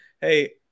hey